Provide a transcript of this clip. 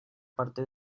parte